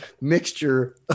mixture